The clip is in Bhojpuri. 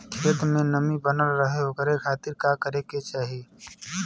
खेत में नमी बनल रहे ओकरे खाती का करे के चाही?